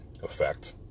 effect